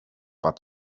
but